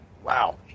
Wow